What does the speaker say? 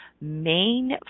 main